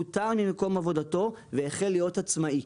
גם אם הוא פוטר ממקום עבודתו והחל להיות עצמאי,